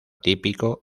típico